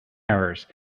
errors